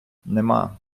нема